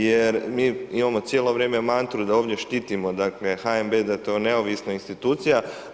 Jer mi imamo cijelo vrijeme mantru da ovdje štitimo dakle HNB, da je to neovisna institucija.